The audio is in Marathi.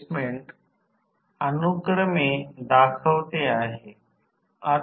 तर V1I0 sin ∅ 0